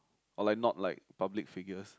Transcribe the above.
or like not like public figures